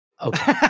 Okay